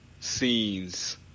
scenes